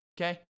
okay